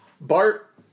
Bart